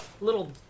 little